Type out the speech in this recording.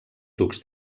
ducs